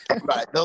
Right